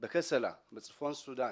בצפון סודן,